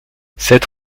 cette